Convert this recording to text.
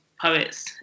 poets